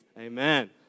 Amen